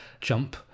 jump